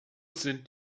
sind